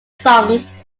songs